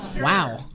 Wow